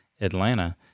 Atlanta